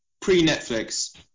pre-Netflix